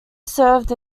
served